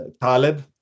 Taleb